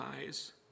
eyes